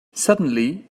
suddenly